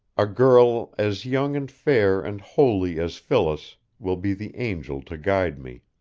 a girl as young and fair and holy as phyllis will be the angel to guide me.